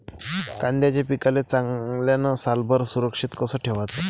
कांद्याच्या पिकाले चांगल्यानं सालभर सुरक्षित कस ठेवाचं?